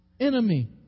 enemy